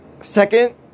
second